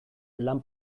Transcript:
lan